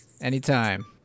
Anytime